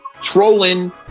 trolling